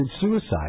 suicide